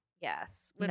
Yes